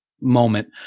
moment